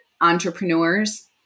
entrepreneurs